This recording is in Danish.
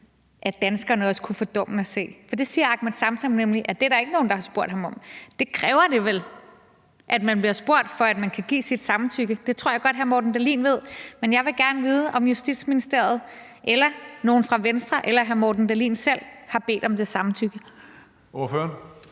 at danskerne også kan få dommen at se? Det siger Ahmed Samsam nemlig at der ikke er nogen der har spurgt om. Det kræver vel, at man bliver spurgt, for at man kan give sit samtykke, og det tror jeg godt hr. Morten Dahlin ved. Men jeg vil gerne vide, om Justitsministeriet eller nogen fra Venstre eller hr. Morten Dahlin selv har bedt om det samtykke. Kl.